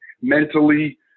mentally